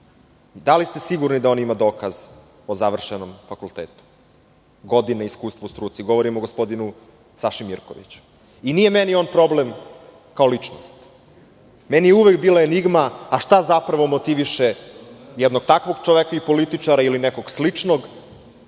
li ste sigurni da on ima dokaz o završenom fakultetu, godine iskustva u struci, govorim o gospodinu Saši Mirkoviću i nije on meni problem kao ličnost, već mi je uvek bila enigma, šta zapravo motiviše jednog takvog čoveka i političara, da pored